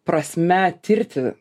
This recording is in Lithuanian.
prasme tirti